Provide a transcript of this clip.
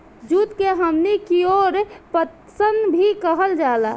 जुट के हमनी कियोर पटसन भी कहल जाला